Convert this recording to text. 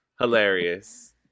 Hilarious